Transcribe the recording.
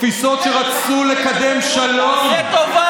תפיסות שרצו לקדם שלום וקדמה?